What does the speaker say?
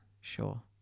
Sure